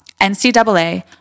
NCAA